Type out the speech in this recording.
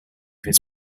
his